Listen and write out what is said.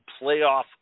playoff